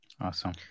Awesome